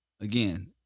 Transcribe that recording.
again